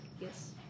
Yes